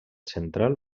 central